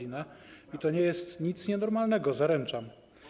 I to nie jest nic nienormalnego, zaręczam.